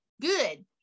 good